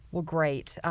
well, great.